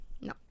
No